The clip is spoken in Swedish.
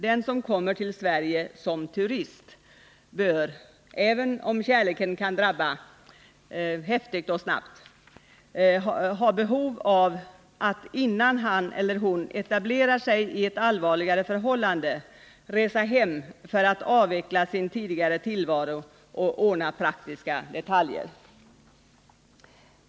Den som kommer till Sverige som turist bör — även om kärleken kan drabba häftigt och snabbt — ha behov av att, innan han eller hon etablerar sig i ett allvarligt förhållande, resa hem för att avveckla sin tidigare tillvaro och ordna praktiska detaljer.